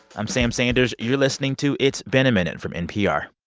i'm sam sanders. you're listening to it's been a minute from npr